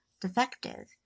defective